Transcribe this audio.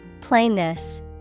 Plainness